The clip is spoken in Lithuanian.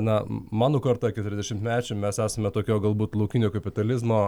na mano karta keturiasdešimtmečių mes esame tokio galbūt laukinio kapitalizmo